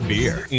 Beer